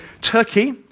Turkey